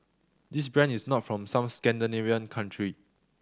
this brand is not from some Scandinavian country